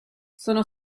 sono